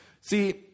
See